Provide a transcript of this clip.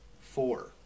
Four